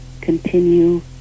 continue